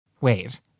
Wait